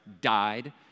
died